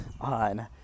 on